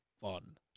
fun